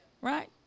right